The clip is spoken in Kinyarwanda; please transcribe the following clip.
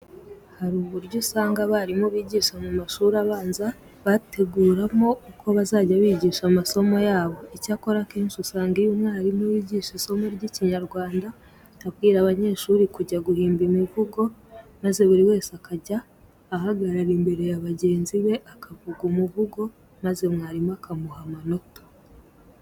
Hari uburyo usanga abarimu bigisha mu mashuri abanza bateguramo uko bazajya bigisha amasomo yabo. Icyakora akenshi, usanga iyo umwarimu yigisha isomo ry'Ikinyarwanda abwira abanyeshuri kujya guhimba imivugo maze buri wese akajya ahagarara imbere ya bagenzi be akavuga umuvugo maze mwarimu akamuha amanota.